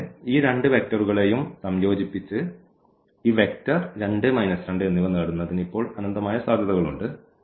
കൂടാതെ ഈ രണ്ട് വെക്റ്ററുകളെയും സംയോജിപ്പിച്ച് ഈ വെക്റ്റർ 2 2 എന്നിവ നേടുന്നതിന് ഇപ്പോൾ അനന്തമായ സാധ്യതകളുണ്ട്